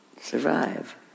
survive